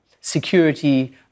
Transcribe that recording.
security